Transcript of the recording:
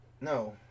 No